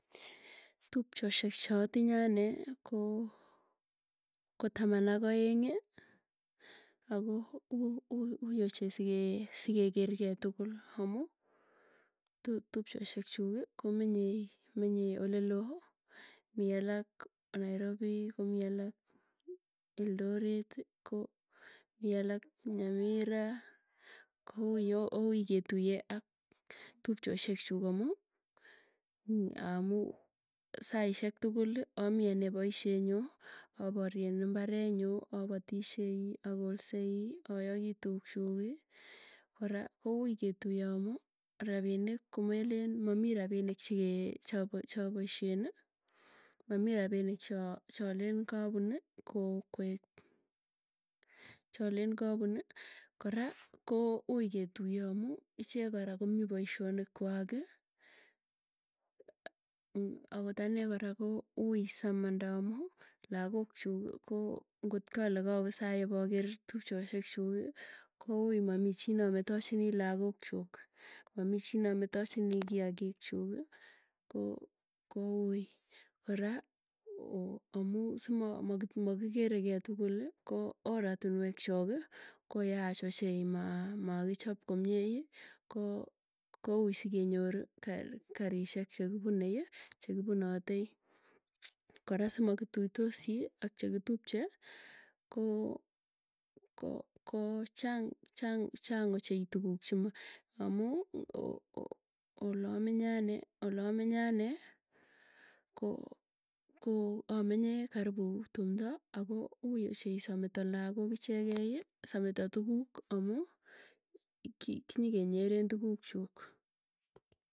Tupchosiek chatinye anee, koo ko taman ak aengi. Ako uui ochei sikekergei tukul amuu tupchosyekchuuki, komenyei menye olelo. Mii alak nairobi komii alak eldoret, komiin alak nyamira kouyo oui ketuiye ak tupchosiekchuk amuu, amuu saisyek tuguli amii ane poisyetnyuu. Aparien imbaree nyuu apatishei akolsei ayagii tukchuuki, kora koui ketuye amuu rapinik komelen mamii rapinik chigee chapoisyen, mamii rapinik choo chalen kapuni kokoek chalen kapuni. Kora koui ketuye amuu ichek komii paisyonikwaaki akot anee koraa ko ui samanda amuu lakook chuki koo ngotkale kawe sai poker tupchosiek chuuk. Koui mamii chii nametachinii lagook chuuk. Mamii chii nametachini kiakiik chuk koo koui. Kora, amuu simakikerekei tukuli ko oratinwek choki koyach ochei maa, makichop komiei ko koui sikenyori, karisyek chekipunei, chekipunotei. Kora simakituitosii ak chekitupche koo ko ko chang chang ochei tukuuk chema amuu, olaminye anee koo koo amenye karipo, tumdo ako ui ochei sameto lagook, ichegei sameto tuguuk amu ki kinyikenyeren tukuuk chuk.